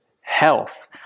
health